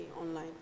online